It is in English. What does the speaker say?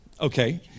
Okay